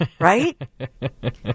right